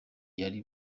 yari